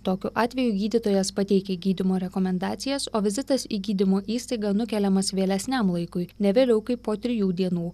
tokiu atveju gydytojas pateikia gydymo rekomendacijas o vizitas į gydymo įstaigą nukeliamas vėlesniam laikui ne vėliau kaip po trijų dienų